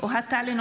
אוהד טל,